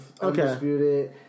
Undisputed